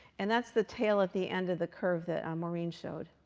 and that's the tail at the end of the curve that maureen showed.